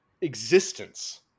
existence